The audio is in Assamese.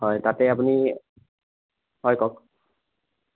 হয় তাতে আপুনি হয় কওক